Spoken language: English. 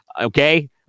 Okay